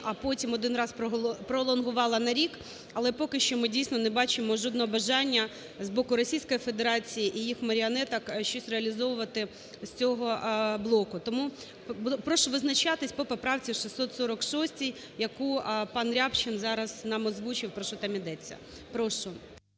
а потім один раз пролонгувала на рік, але поки що ми, дійсно, не бачимо жодного бажання з боку Російської Федерації і їх маріонеток щось реалізовувати з цього блоку. Тому прошу визначатись по поправці 646, яку панРябчин зараз нам озвучив, про що там ідеться. Прошу.